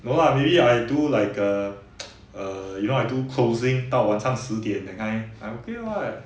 no lah maybe I do like err err you know I do closing 到晚上十点 that kind I'm okay [what]